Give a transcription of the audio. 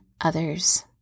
others